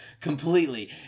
completely